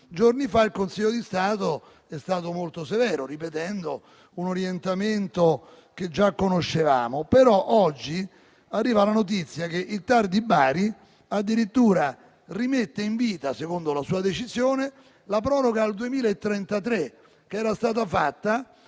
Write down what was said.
Giorni fa, il Consiglio di Stato è stato molto severo, ripetendo un orientamento che già conoscevamo. Arriva però oggi la notizia che il TAR di Bari addirittura rimette in vita, secondo la sua decisione, la proroga al 2033 che era stata fatta